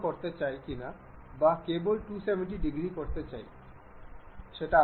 সুতরাং এই ধরনের মেটরা কি মেকানিক্যাল মেটদের অধীনে আসতে পারে